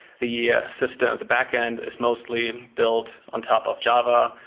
the ah system, the backend is mostly built on top of java.